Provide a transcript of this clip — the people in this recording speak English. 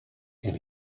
and